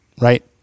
right